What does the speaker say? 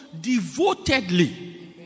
devotedly